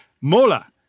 Mola